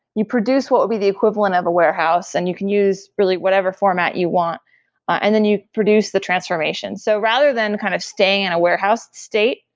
you produce what would be the equivalent of a warehouse and you can use really whatever format you want and then you produce the transformation. so rather than kind of staying in and a warehouse state,